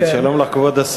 אני מנסה לתפקד בכמה כובעים.